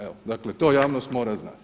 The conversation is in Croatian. Evo dakle to javnost mora znati.